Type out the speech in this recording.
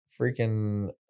freaking